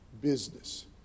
business